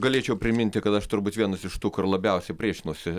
galėčiau priminti kad aš turbūt vienas iš tų kur labiausiai priešinosi